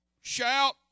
Shout